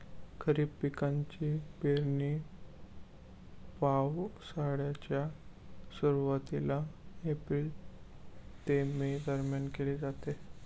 खरीप पिकांची पेरणी पावसाळ्याच्या सुरुवातीला एप्रिल ते मे दरम्यान केली जाते